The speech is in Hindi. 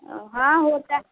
और हाँ होता है